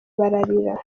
bararira